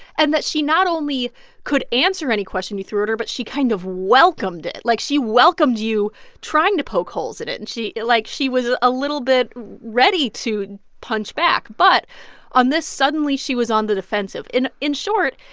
and that she not only could answer any question you throw at her, but she kind of welcomed it. like, she welcomed you trying to poke holes in it. and she like, she was a little bit ready to punch back. but on this, suddenly she was on the defensive and in short,